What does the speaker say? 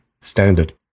standard